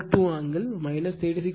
42 angle 36